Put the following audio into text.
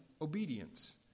obedience